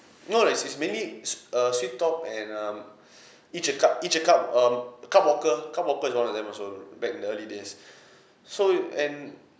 no lah is is mainly swe~ uh sweettalk and um each-a-cup each-a-cup um cup walker cup walker is one of them also back in the early days so and